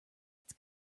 its